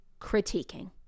critiquing